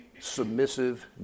submissive